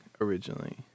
originally